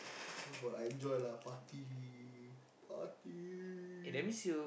enjoy lah party party